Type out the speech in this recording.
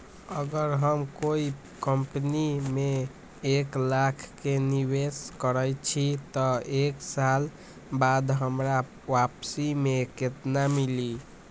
अगर हम कोई कंपनी में एक लाख के निवेस करईछी त एक साल बाद हमरा वापसी में केतना मिली?